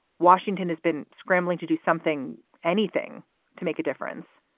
washington has been scrambling to do something, anything to make a difference.